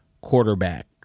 quarterback